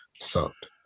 sucked